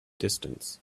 distance